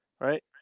Right